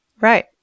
Right